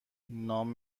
نام